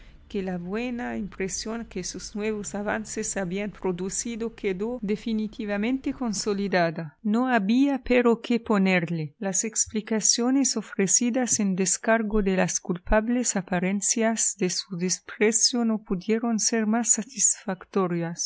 que la buena impresión que sus nuevos avances habían producido quedó definitivamente consolidada no había pero que ponerle las explicaciones ofrecidas en descargo de las culpables apariencias de su desprecio no pudieron ser más satisfactorias